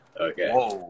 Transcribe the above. Okay